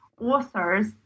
authors